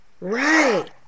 right